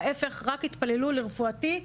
להיפך רק התפללו לרפואתי,